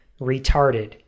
Retarded